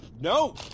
No